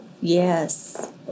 Yes